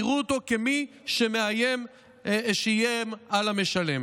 יראו אותו כמי שאיים על המשלם".